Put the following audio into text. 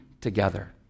together